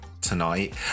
Tonight